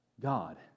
God